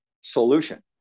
solution